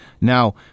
Now